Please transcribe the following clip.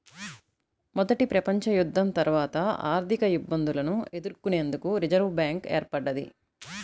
మొదటి ప్రపంచయుద్ధం తర్వాత ఆర్థికఇబ్బందులను ఎదుర్కొనేందుకు రిజర్వ్ బ్యాంక్ ఏర్పడ్డది